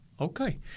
Okay